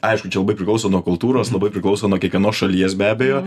aišku čia labai priklauso nuo kultūros labai priklauso nuo kiekvienos šalies be abejo